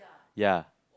ya